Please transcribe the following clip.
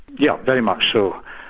yes, very much so.